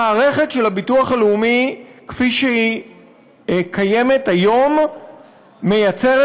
המערכת של הביטוח הלאומי כפי שהיא קיימת היום מייצרת